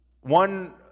One